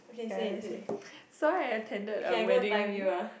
ya okay so I attended a wedding